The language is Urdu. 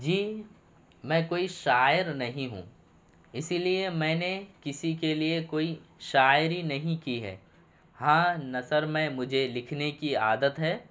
جی میں کوئی شاعر نہیں ہوں اسی لیے میں نے کسی کے لیے کوئی شاعری نہیں کی ہے ہاں نثر میں مجھے لکھنے کی عادت ہے